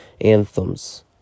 anthems